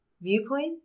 viewpoint